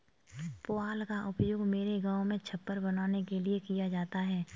पुआल का उपयोग मेरे गांव में छप्पर बनाने के लिए किया जाता है